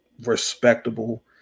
respectable